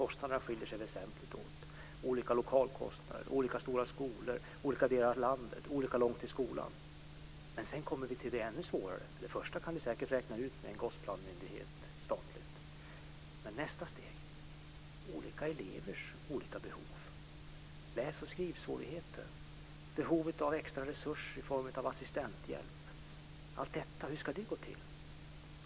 Kostnaderna skiljer sig väsentligt åt: Det är olika lokalkostnader, olika stora skolor, olika delar av landet och eleverna har olika långt till skolan. Sedan kommer vi till det som är ännu svårare. Det första kan man säkert räkna ut med en statlig Gosplanmyndighet, men allt det som hör till nästa steg - olika elevers olika behov, läs och skrivsvårigheter, behovet av extra resurser i form av assistenthjälp - hur ska det gå till?